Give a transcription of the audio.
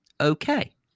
okay